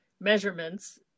measurements